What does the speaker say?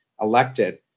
elected